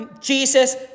Jesus